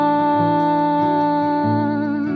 on